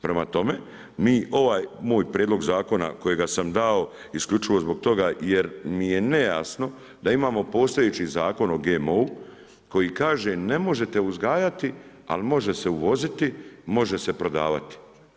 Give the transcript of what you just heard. Prema tome, mi ovaj moj prijedlog zakona kojega sam dao isključivo zbog toga jer mi je nejasno da imamo postojeći zakon o GMO-u koji kaže ne možete uzgajati, al može se uvoziti, može se prodavati.